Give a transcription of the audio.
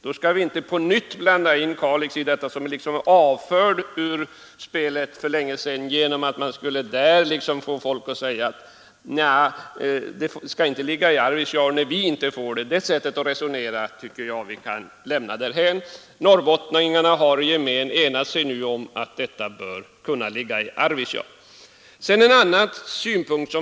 Då skall vi inte på nytt blanda in Kalix, som är avfört ur spelet för länge sedan, och försöka få folk där att säga: Förbandet skall inte ligga i Arvidsjaur när vi inte får det. Det sättet att resonera tycker jag vi kan lämna därhän. Norrbottningarna har i gemen nu enat sig om att förbandet bör kunna ligga i Arvidsjaur. Sedan en annan synpunkt.